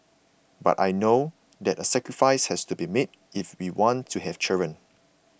but I know that a sacrifice has to be made if we want to have children